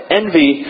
envy